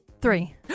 three